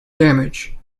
damage